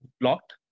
blocked